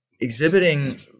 exhibiting